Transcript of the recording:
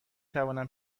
توانم